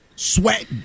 Sweat